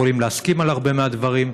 יכולים להסכים על הרבה מהדברים.